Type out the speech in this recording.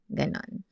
ganon